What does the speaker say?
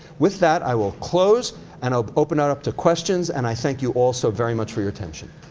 with that, i will close and i'll open it up to questions and i thank you all so very much for your attention.